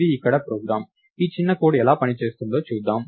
ఇది ఇక్కడ ప్రోగ్రామ్ ఈ చిన్న కోడ్ ఎలా పని చేస్తుందో చూద్దాం